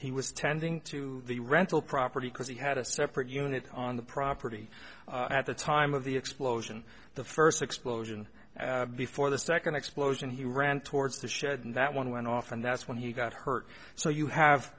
he was tending to the rental property because he had a separate unit on the property at the time of the explosion the first explosion before the second explosion he ran towards the shed and that one went off and that's when he got hurt so you have